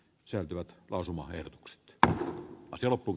säätyvät lausumaehdotukset d asolopov